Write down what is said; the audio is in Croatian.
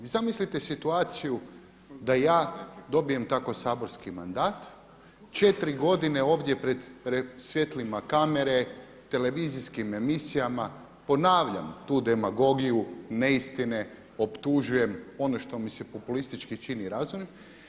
Zamislite situaciju da ja dobijem tako saborski mandat, četiri godine ovdje pred svjetlima kamere, televizijskim emisijama ponavljam tu demagogiju, neistine, optužujem ono što mi se populističkim čini razumnim.